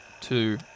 two